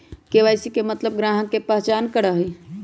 KYC के मतलब ग्राहक का पहचान करहई?